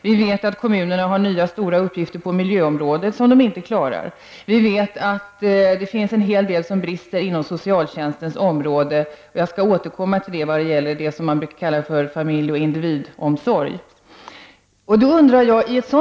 Vi vet också att kommunerna har nya stora uppgifter på miljöområdet som de inte klarar av. Det brister också en hel del på socialtjänstens område. Jag skall återkomma till vad man brukar kalla familjoch individomsorg.